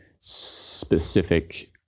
specific